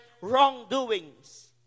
wrongdoings